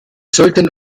sollten